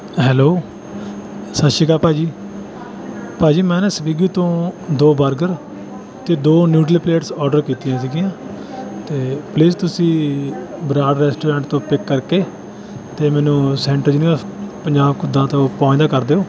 hello ਸਤਿ ਸ਼੍ਰੀ ਅਕਾਲ ਭਾਅ ਜੀ ਭਾਅ ਜੀ ਮੈਂ ਨਾ ਸਵੀਗੀ ਤੋਂ ਦੋ ਬਰਗਰ ਅਤੇ ਦੋ ਨਿਊਡਸ ਪਲੇਟਸ ਔਡਰ ਕੀਤੀਆਂ ਸੀਗੀਆਂ ਅਤੇ ਪਲੀਜ਼ ਤੁਸੀਂ ਬਰਾੜ ਰੈਸਟੋਰੈਂਟ ਤੋਂ ਪਿੱਕ ਕਰਕੇ ਅਤੇ ਮੈਨੂੰ ਸੈਂਟਰ ਯੂਨੀਵਰਸਿਟੀ ਪੰਜਾਬ ਘੁੱਦਾ ਤੋਂ ਪਹੁੰਚਦਾ ਕਰ ਦਿਓ